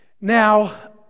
Now